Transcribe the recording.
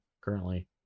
currently